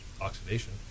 oxidation